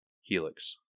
Helix